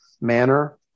manner